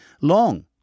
Long